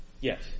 Yes